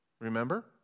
Remember